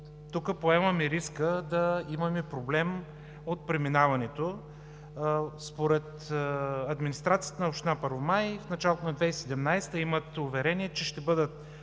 тук поемаме риска да имаме проблем от преминаването. Според администрацията на община Първомай в началото на 2017 г. имат уверение, че ще бъдат